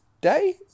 day